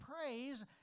praise